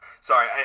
Sorry